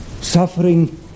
suffering